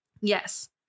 Yes